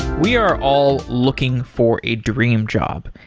we are all looking for a dream job.